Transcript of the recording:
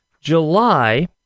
July